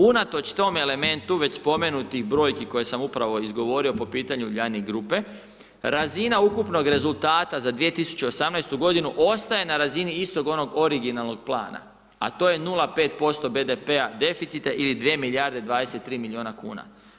Unatoč tome elementu, već spomenutih brojki koje sam upravo izgovorio po pitanju Uljanik grupe, razina ukupnog rezultata za 2018. godinu ostaje na razini istog onog originalnog plana, a to je 0,5% BDP-a deficita ili 2 milijarde 23 milijuna kuna.